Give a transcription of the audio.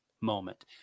moment